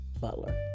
Butler